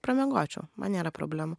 pramiegočiau man nėra problemų